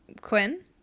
Quinn